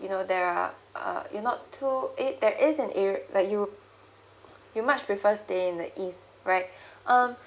you know there are uh you're not too it there is an area like you you much prefer stay in the east right um